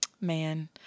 man